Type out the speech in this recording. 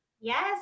Yes